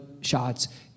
shots